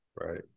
Right